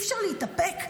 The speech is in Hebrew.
אי-אפשר להתאפק?